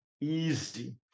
easy